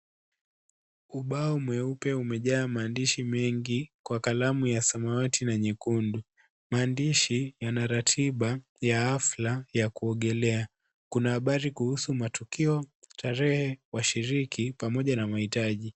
Ubao mweupe umejaa maandishi mengi kwa kalamu ya samawati na nyekundu. Maandishi yana ratiba ya afya ya kuogelea. Kuna habari kuhusu matukio, washiriki, tarehe pamoja na mahitaji.